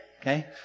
Okay